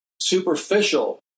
superficial